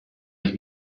ich